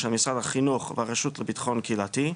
של משרד החינוך והרשות לביטחון קהילתי,